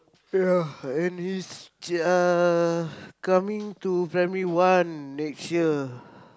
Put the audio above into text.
ya and he's uh coming to primary one next year